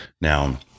Now